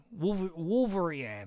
Wolverine